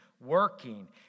working